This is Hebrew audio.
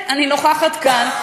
אני נוכחת כאן,